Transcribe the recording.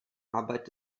arbeit